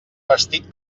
vestit